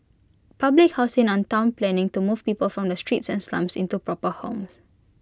public housing and Town planning to move people from the streets and slums into proper homes